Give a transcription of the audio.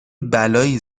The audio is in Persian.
بلایی